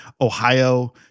Ohio